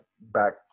back